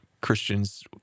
Christians